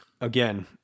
Again